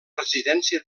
residència